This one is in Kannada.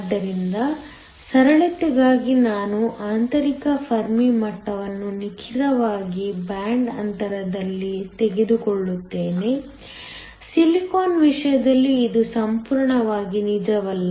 ಆದ್ದರಿಂದ ಸರಳತೆಗಾಗಿ ನಾನು ಆಂತರಿಕ ಫರ್ಮಿ ಮಟ್ಟವನ್ನು ನಿಖರವಾಗಿ ಬ್ಯಾಂಡ್ ಅಂತರದಲ್ಲಿ ತೆಗೆದುಕೊಳ್ಳುತ್ತೇನೆ ಸಿಲಿಕಾನ್ ವಿಷಯದಲ್ಲಿ ಇದು ಸಂಪೂರ್ಣವಾಗಿ ನಿಜವಲ್ಲ